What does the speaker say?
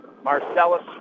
Marcellus